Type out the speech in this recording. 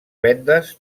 vendes